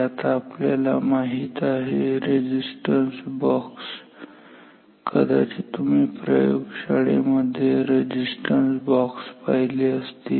आता आपल्याला माहित आहे रेझिस्टन्स बॉक्स कदाचित तुम्ही प्रयोगशाळेमध्ये रेझिस्टन्स बॉक्स पाहिले असतील